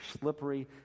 slippery